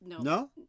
no